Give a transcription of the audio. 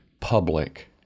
public